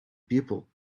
people